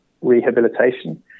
rehabilitation